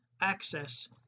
access